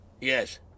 Yes